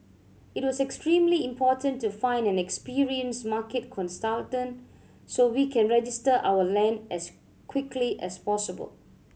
it was extremely important to find an experienced market consultant so we can register our land as quickly as possible